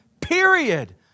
period